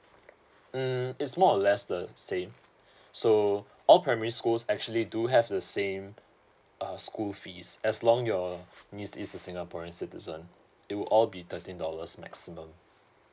mm is more or less the same so all primary schools actually do have the same err school fees as long your niece is a singaporean citizen it will all be thirteen dollars maximum